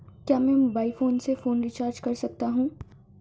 क्या मैं mobile phone से फोन रिचार्ज कर सकता हूं?